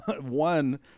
one